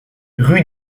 rue